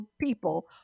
people